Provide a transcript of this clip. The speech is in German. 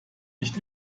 nicht